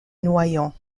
noyon